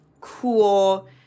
cool